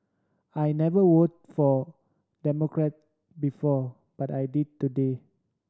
I never voted for Democrat before but I did today